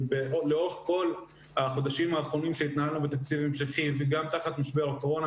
לאורך כל החודשים האחרונים שהתנהלנו בתקציב המשכי וגם תחת משבר הקורונה,